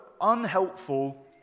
unhelpful